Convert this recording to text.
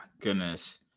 goodness